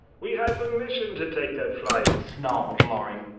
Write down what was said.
we had permission to take that flight, snarled loring.